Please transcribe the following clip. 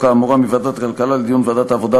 האמורה מוועדת הכלכלה לדיון בוועדת העבודה,